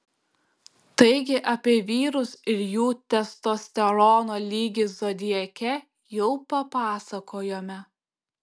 taigi apie vyrus ir jų testosterono lygį zodiake jau papasakojome